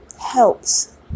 helps